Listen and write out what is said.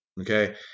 Okay